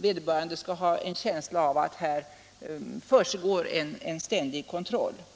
vederbörande skall ha känslan att en ständig kontroll försiggår.